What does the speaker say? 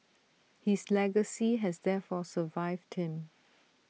his legacy has therefore survived him